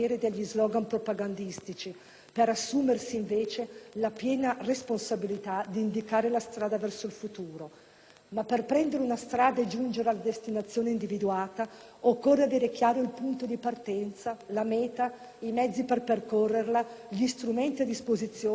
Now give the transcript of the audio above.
per assumersi, invece, la piena responsabilità di indicare la strada verso il futuro. Ma per prendere una strada e giungere alla destinazione individuata, occorre avere chiaro il punto di partenza, la meta, i mezzi per percorrerla, gli strumenti a disposizione, le caratteristiche del percorso.